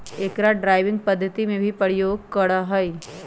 अकरा ड्राइविंग पद्धति में भी प्रयोग करा हई